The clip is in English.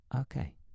Okay